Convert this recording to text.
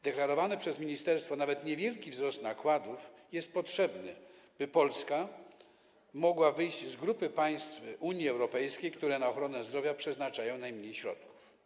Deklarowany przez ministerstwo nawet niewielki wzrost nakładów jest potrzebny, by Polska mogła wyjść z grupy państw Unii Europejskiej, które na ochronę zdrowia przeznaczają najmniej środków.